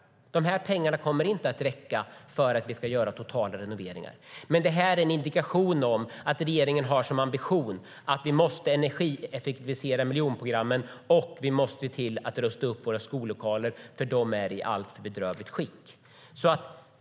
Pengarna kommer inte att räcka till totalrenoveringar, men det är en indikation om att regeringen har som ambition att energieffektivisera miljonprogramsområden och se till att rusta upp våra skollokaler eftersom de är i alltför bedrövligt skick.